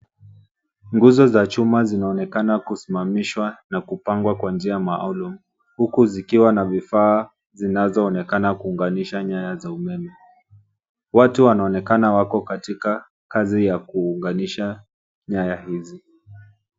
Nguzo za chuma zinaonekana kusimamishwa na kupangwa kwa njia maalum, huku zikiwa na vifaa zinazoonekana kuunganisha nyaya za umeme. Watu wanaonekana wako katika kazi ya kuunganisha nyaya hizi.